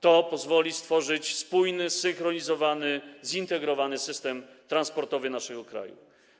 To pozwoli stworzyć spójny, zsynchronizowany, zintegrowany system transportowy naszego kraju.